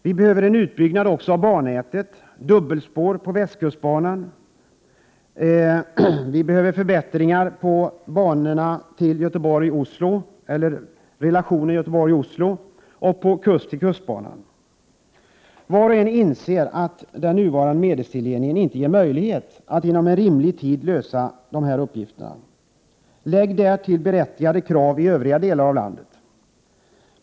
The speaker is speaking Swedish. Vi behöver en utbyggnad också av bannätet och dubbelspår på västkustbanan. Vi behöver förbättringar när det gäller järnvägsförbindelserna Göteborg—Oslo och på kust-till-kust-banan. Var och en inser att nuvarande medelstilldelning inte ger möjlighet att inom rimlig tid lösa dessa uppgifter. Lägg därtill berättigade krav i övriga delar av landet.